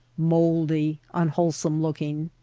mouldy, unwhole some looking.